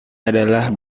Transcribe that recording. adalah